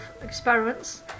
experiments